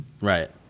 Right